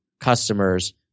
customers